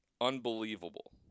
unbelievable